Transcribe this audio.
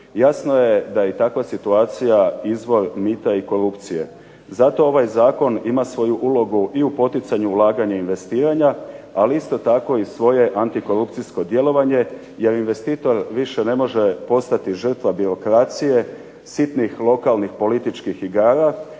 Jasno je da je takva situacija izvor mita i korupcije. Zato ovaj zakon ima svoju ulogu i u poticanju ulaganja i investiranja, ali isto tako i svoje antikorupcijsko djelovanje jer investitor više ne može postati žrtva birokracije, sitnih lokalnih političkih igara,